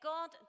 God